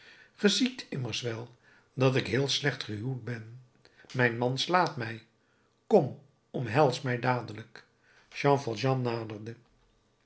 ge ziet immers wel dat ik heel slecht gehuwd ben mijn man slaat mij kom omhels mij dadelijk jean